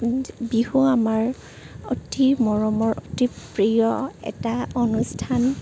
বিহু আমাৰ অতি মৰমৰ অতি প্ৰিয় এটা অনুষ্ঠান